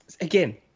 Again